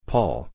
Paul